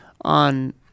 on